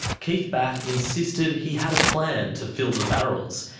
keith batt insisted he had a plan to fill the barrels,